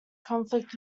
conflict